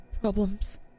problems